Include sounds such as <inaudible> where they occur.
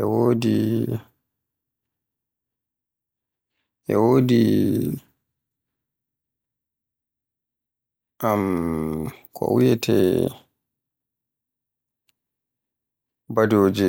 e wodi, e wodi <hesitation> ko wiyeete badoje.